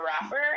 rapper